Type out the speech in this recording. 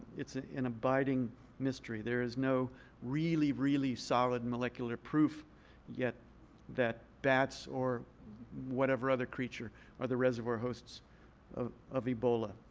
it's an abiding mystery. there is no really, really solid molecular proof yet that bats or whatever other creature are the reservoir hosts of of ebola.